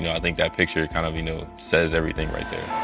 you know i think that picture kind of you know says everything right there.